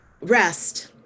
rest